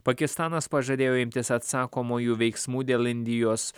pakistanas pažadėjo imtis atsakomųjų veiksmų dėl indijos